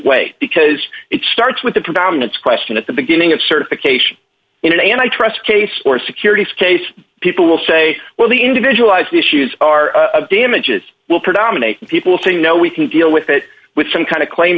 way because it starts with the predominance question at the beginning of certification in an antitrust case or securities case people will say well the individualized issues are damages will pradelle many people say no we can deal with it with some kind of claim